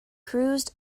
cruised